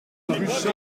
contente